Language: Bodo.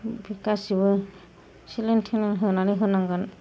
गासैबो सेलाइन थेलाइन होनानै होनांगोन